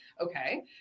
Okay